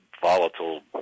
volatile